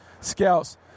scouts